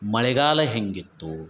ಮಳೆಗಾಲ ಹೇಗಿತ್ತು